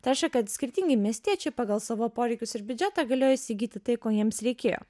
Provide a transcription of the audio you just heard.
tai reiškia kad skirtingi miestiečiai pagal savo poreikius ir biudžetą galėjo įsigyti tai ko jiems reikėjo